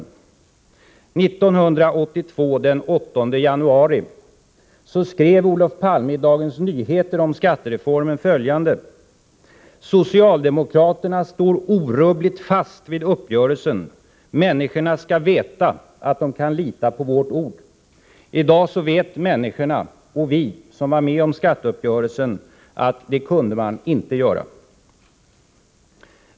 Den 8 januari 1982 skrev Olof Palme i Dagens Nyheter om skattereformen följande: Socialdemokraterna står orubbligt fast vid uppgörelsen. Människorna skall veta att de kan lita på vårt ord. I dag vet människorna, och vi som var med om skatteuppgörelsen, att det kunde man inte göra.